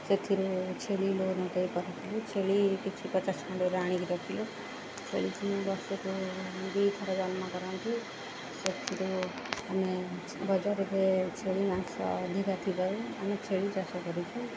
ସେଥିରୁ ଛେଳି ଲୋନ୍ ଦେଇ କରିଥିଲୁ ଛେଳି କିଛି ପଚାଶ ଖଣ୍ଡ ଆଣିକି ରଖିଥିଲୁ ଛେଳି ବର୍ଷକୁ ଦୁଇଥର ଜନ୍ମ କରନ୍ତି ସେଥିରୁ ଆମେ ବଜାରରେ ଛେଳି ମାଂସ ଅଧିକା ଥିବାରୁ ଆମେ ଛେଳି ଚାଷ କରିଛୁ